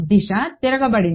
దిశ తిరగబడింది